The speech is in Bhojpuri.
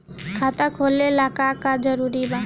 खाता खोले ला का का जरूरी बा?